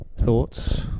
Thoughts